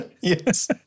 yes